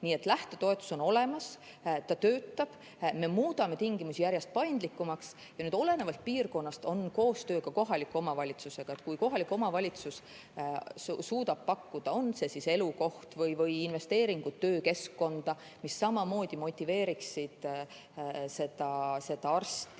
Nii et lähtetoetus on olemas. See töötab, me muudame tingimusi järjest paindlikumaks. Olenevalt piirkonnast on koostöö ka kohaliku omavalitsusega, kui kohalik omavalitsus suudab pakkuda elukohta või investeeringuid töökeskkonda, mis samamoodi motiveeriksid seda arsti